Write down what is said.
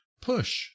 push